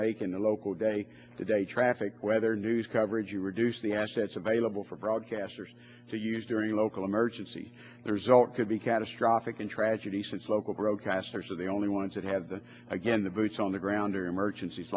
make in the local day to day traffic weather news coverage to reduce the assets available for broadcasters to use during local emergency the result could be catastrophic in tragedy since local broadcasters are the only ones that have the again the boots on the ground or emergencies